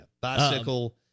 bicycle